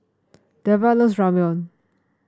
Dellar loves Ramyeon